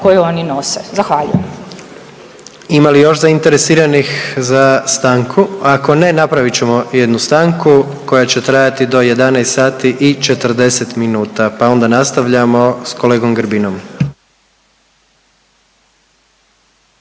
Gordan (HDZ)** Ima li loš zainteresiranih za stanku? Ako ne napravit ćemo jednu stanku koja će trajati do 11 sati i 40 minuta, pa onda nastavljamo s kolegom Grbinom.